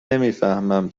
نمیفهمم